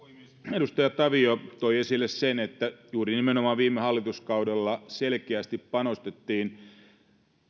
edustaja tavio toi esille sen että juuri nimenomaan viime hallituskaudella selkeästi panostettiin